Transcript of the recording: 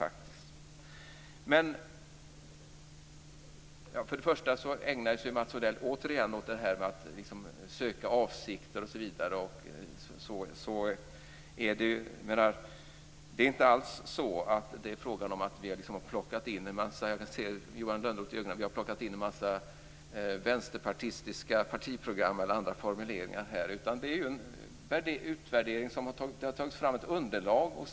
Mats Odell ägnar sig återigen åt det här med att söka avsikter osv. Det är inte alls fråga om att vi - jag ser Johan Lönnroth i ögonen - har plockat in en massa vänsterpartistiska partiprogram eller andra formuleringar här. Det är ju en utvärdering som det har tagits fram ett underlag för.